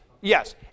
yes